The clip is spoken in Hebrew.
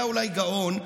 ליבוביץ' היה אולי גאון,